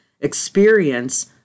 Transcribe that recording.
experience